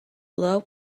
low